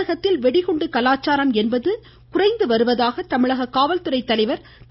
தமிழகத்தில் வெடிகுண்டு கலாச்சாரம் என்பது தற்போது குறைந்து வருவதாக தமிழக காவல்துறை தலைவர் திரு